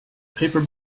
paper